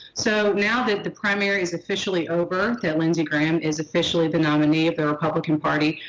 so, now that the primary is officially over that lindsey graham is officially the nominee of the republican party,